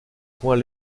point